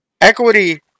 Equity